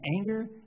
anger